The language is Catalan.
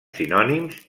sinònims